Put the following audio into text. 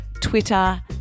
Twitter